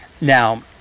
Now